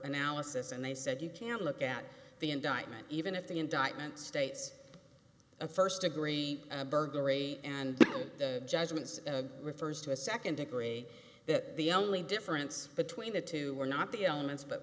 analysis and they said you can't look at the indictment even if the indictment states a first degree burglary and judgments refers to a second degree the only difference between the two are not the elements but